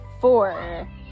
four